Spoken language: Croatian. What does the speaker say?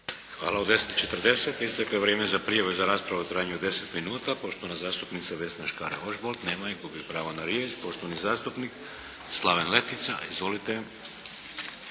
Hvala. U 10 i 40 isteklo je vrijeme za raspravu u trajanju od 10 minuta. Poštovana zastupnica Vesna Škare Ožbolt. Nema je. Gubi pravo na riječ. Poštovani zastupnik Slaven Letica. Izvolite.